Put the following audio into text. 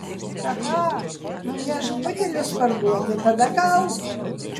cha cha nunešk butelius parduoti tada gal